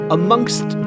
amongst